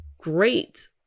great